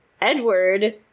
Edward